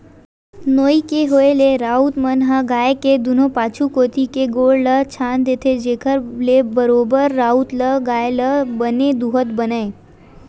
नोई के होय ले राउत मन ह गाय के दूनों पाछू कोती के गोड़ ल छांद देथे, जेखर ले बरोबर राउत ल गाय ल बने दूहत बनय